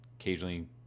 occasionally